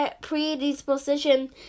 predisposition